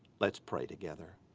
let's pray together.